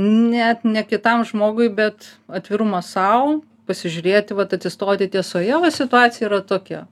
net ne kitam žmogui bet atvirumas sau pasižiūrėti vat atsistoti tiesoje va situacija yra tokia